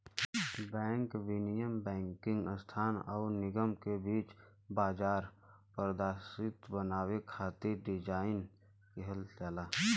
bank विनियम banking संस्थान आउर निगम के बीच बाजार पारदर्शिता बनावे खातिर डिज़ाइन किहल जाला